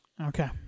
okay